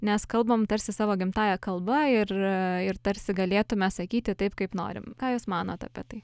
nes kalbam tarsi savo gimtąja kalba ir ir tarsi galėtume sakyti taip kaip norim ką jūs manot apie tai